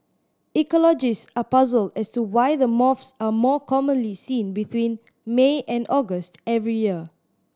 ecologist are puzzled as to why the moths are more commonly seen between May and August every year